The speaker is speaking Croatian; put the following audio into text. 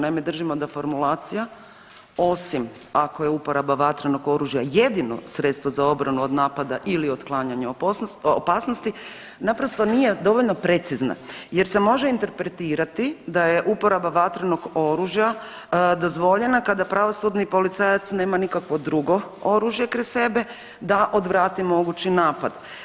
Naime, držimo da formulacija osim ako je uporaba vatrenog oružja jedino sredstvo za obranu od napada ili otklanjanja opasnosti naprosto nije dovoljno precizna jer se može interpretirati da je uporaba vatrenog oružja dozvoljena kada pravosudni policajac nema nikakvo drugo oružje kraj sebe da odvrati mogući napad.